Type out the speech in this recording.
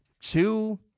two